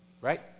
Right